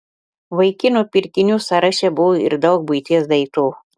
vaikinų pirkinių sąraše buvo ir daug buities daiktų